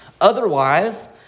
Otherwise